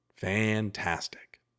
Fantastic